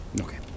Okay